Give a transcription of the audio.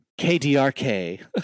KDRK